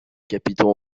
capitaux